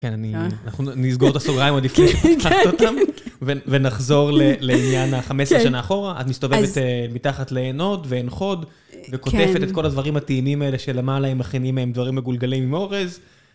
כן, אני... אנחנו נסגור את הסוגריים עוד לפני שפתחת אותם, ונחזור לעניין ה-15 שנה אחורה. את מסתובבת מתחת לעינות ועין חוד, וכותפת את כל הדברים הטעינים האלה שלמעלה, הם מכינים, הם דברים מגולגלים עם אורז.